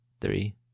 Three